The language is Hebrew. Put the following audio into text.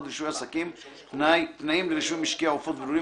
רישוי עסקים (תנאים לרישוי משקי עופות ולולים),